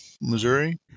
Missouri